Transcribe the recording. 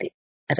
సరే